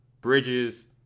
Bridges